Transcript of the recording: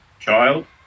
child